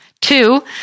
Two